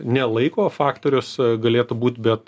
ne laiko faktorius galėtų būt bet